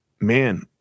man